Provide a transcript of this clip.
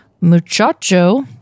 muchacho